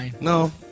No